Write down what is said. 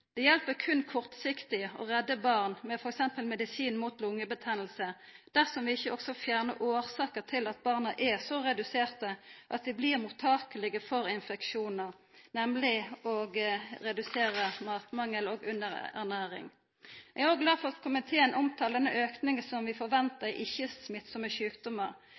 Det hjelper berre kortsiktig å redda barn med f.eks. medisin mot lungebetennelse dersom vi ikkje også fjernar årsaka til at barna er så reduserte at dei blir mottakelege for infeksjonar – nemleg å redusera matmangel og underernæring. Eg er òg glad for at komiteen omtalar denne auken som vi ventar i ikkje-smittsame sjukdommar. Det er ikkje